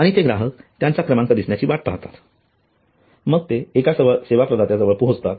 आणि ते ग्राहक त्यांचा क्रमांक दिसण्याची वाट पाहतात आणि मग ते एका सेवा प्रदात्या जवळ पोहोचतात